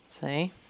See